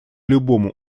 любому